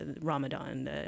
Ramadan